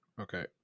Okay